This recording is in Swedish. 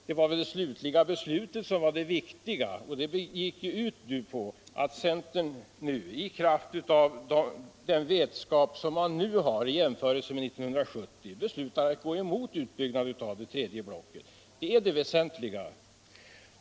Det var väl det slutliga beslutet som var det viktiga och det innebar att centern — i kraft av den vetskap man nu har, i jämförelse med 1970 — beslutade att gå mot en utbyggnad av det tredje blocket. Det är det väsentliga.